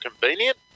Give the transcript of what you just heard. convenient